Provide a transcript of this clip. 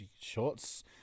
Shots